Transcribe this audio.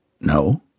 No